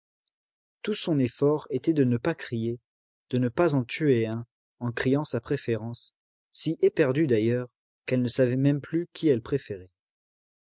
tout son effort était de ne pas crier de ne pas en tuer un en criant sa préférence si éperdue d'ailleurs qu'elle ne savait même plus qui elle préférait